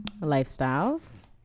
lifestyles